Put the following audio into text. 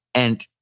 and